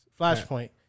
Flashpoint